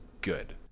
good